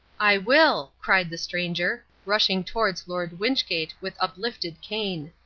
i will, cried the stranger, rushing towards lord wynchgate with uplifted cane.